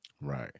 Right